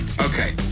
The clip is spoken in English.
Okay